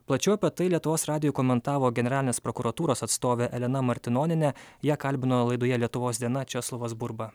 plačiau apie tai lietuvos radijui komentavo generalinės prokuratūros atstovė elena martinonienė ją kalbino laidoje lietuvos diena česlovas burba